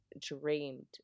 dreamed